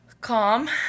calm